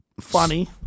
Funny